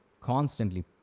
constantly